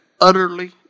utterly